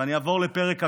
ואעבור לפרק הגבורה.